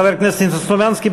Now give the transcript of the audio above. חבר הכנסת ניסן סלומינסקי,